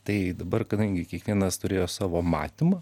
tai dabar kadangi kiekvienas turėjo savo matymą